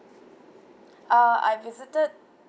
uh I visited